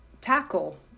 tackle